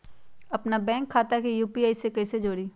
अपना बैंक खाता के यू.पी.आई से कईसे जोड़ी?